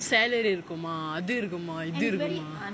salary இருக்குமா அது இருக்குமா இது இருக்குமா:irukumaa athu irukumaa ithu irukumaa